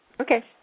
Okay